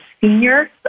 senior